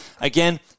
Again